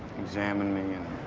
examine me and